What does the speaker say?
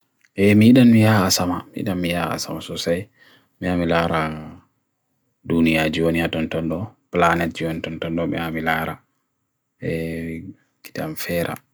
E midan mia asama, midan mia asama. So say, mi amilara dunia jwani atontondo, planet jwantontondo mi amilara kitam fera.